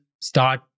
start